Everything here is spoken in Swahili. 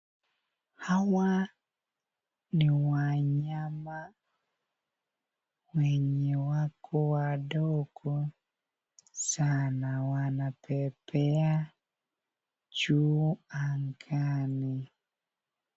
Hawa ni wanyama wenye wako wadogo sana wanapepeya juu angani.